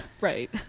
Right